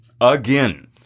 Again